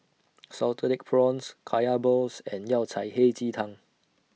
Salted Egg Prawns Kaya Balls and Yao Cai Hei Ji Tang